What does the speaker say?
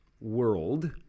world